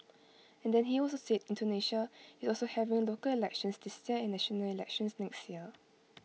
and then he also said Indonesia is also having local elections this year and national elections next year